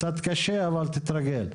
קצת קשה, אבל תתרגל.